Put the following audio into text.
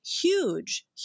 huge